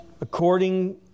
According